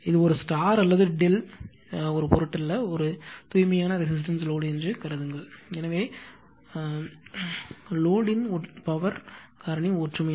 இது ஒரு ஸ்டார் அல்லது Δ ஒரு பொருட்டல்ல ஒரு தூய்மையான ரெசிஸ்டன்ஸ் லோடு என்று கருதுங்கள் எனவே லோடுயின் பவர் காரணி ஒற்றுமை